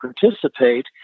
participate